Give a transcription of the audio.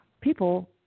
people